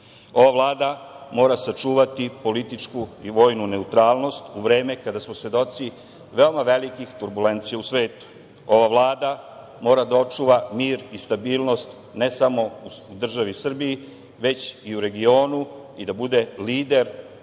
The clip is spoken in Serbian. Ova Vlada mora sačuvati političku i vojnu neutralnost u vreme kada smo svedoci veoma velikih turbulencija u svetu. Ova Vlada mora da očuva mir i stabilnost, ne samo u državi Srbiji, već i u regionu i da bude lider i